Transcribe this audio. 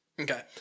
Okay